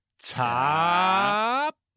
Top